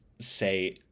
say